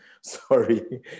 Sorry